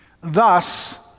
Thus